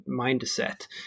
mindset